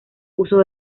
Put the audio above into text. uso